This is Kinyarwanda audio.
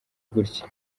gutya